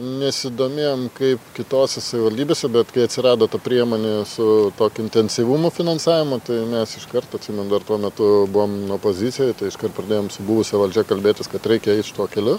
nesidomėjom kaip kitose savivaldybėse bet kai atsirado ta priemonė su tokiu intensyvumu finansavimo tai mes iškart atsimenu dar tuo metu buvome nu opozicijoj tai iškart pradėjom su buvusia valdžia kalbėtis kad reikia eit šituo keliu